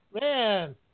man